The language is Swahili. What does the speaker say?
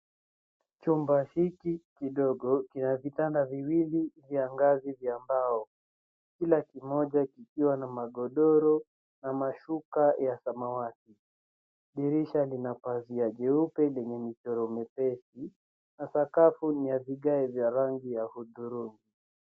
Chumba hiki kidogo kina vitanda viwili vya ngazi vya mbao .Kila kimoja kikiwa na magodoro na mashuka ya samawati. Dirisha lina pazia nyeupe lenye michoro myepesi na sakafu ni ya vigae vyenye rangi ya hudhurungi.